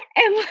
and